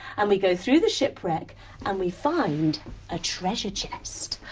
and we go through the shipwreck and we find a treasure chest.